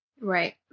Right